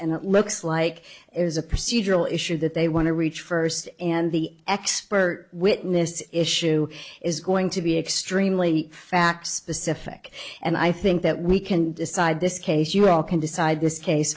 and it looks like there's a procedural issue that they want to reach first and the expert witness issue is going to be extremely fact specific and i think that we can decide this case you all can decide this